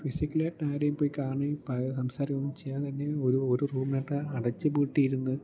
ഫിസിക്കലായിട്ട് ആരെയും പോയി കാണുകയും പറയുകയും സംസാരം ഒന്നും ചെയ്യാതെ തന്നെ ഒരു ഒരു റൂമിലിട്ട് അടച്ചു പൂട്ടിയിരുന്ന്